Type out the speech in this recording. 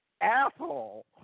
asshole